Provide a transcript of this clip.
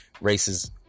races